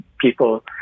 people